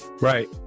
right